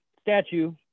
statue